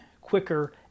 quicker